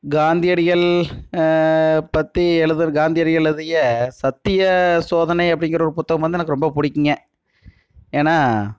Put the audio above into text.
காந்தியடிகள் பற்றி எழுதுற காந்தியடிகள் எழுதிய சத்திய சோதனை அப்படிங்கிற ஒரு புத்தகம் வந்து எனக்கு ரொம்ப பிடிக்குங்க ஏனால்